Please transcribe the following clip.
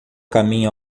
caminha